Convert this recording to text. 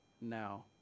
now